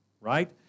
right